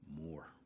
more